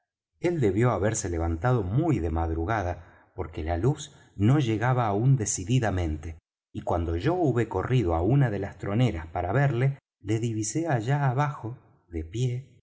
él debió haberse levantado muy de madrugada por que la luz no llegaba aún decididamente y cuando yo hube corrido á una de las troneras para verle le divisé allá abajo de pie